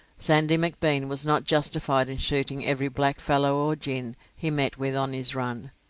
sandy mcbean was not justified in shooting every blackfellow or gin he met with on his run,